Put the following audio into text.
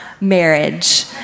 marriage